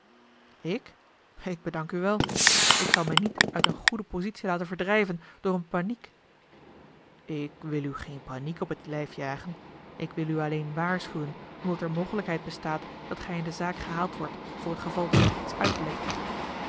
ik ik bedank u wel ik zal mij niet uit eene goede positie laten verdrijven door eene paniek ik wil u geen paniek op het lijf jagen ik wil u alleen waarschuwen omdat er mogelijkheid bestaat dat gij in de zaak gehaald wordt voor t geval dat er iets uitlekte